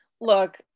look